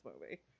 movie